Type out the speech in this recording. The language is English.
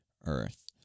earth